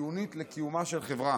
החיונית לקיומה של חברה.